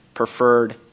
preferred